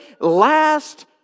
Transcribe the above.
last